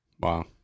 Wow